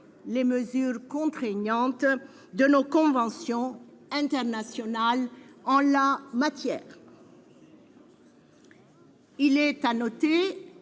les mesures contraignantes de nos conventions internationales en la matière. La commission